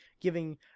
giving